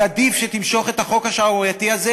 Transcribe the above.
אז עדיף שתמשוך את החוק השערורייתי הזה.